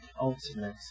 ultimate